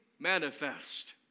manifest